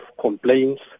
complaints